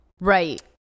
Right